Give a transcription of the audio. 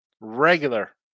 regular